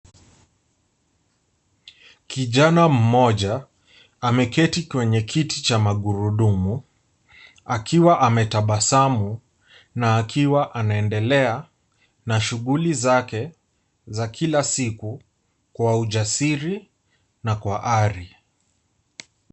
Kijana mmoja ameketi kwenye Kiti cha magurudumu akiwa ametabasamu na akiwa anaendelea na shughuli zake za kila siku kwa ujasiri na kwa ari.